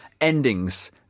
endings